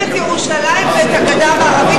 הקפאתם את ירושלים ואת הגדה המערבית,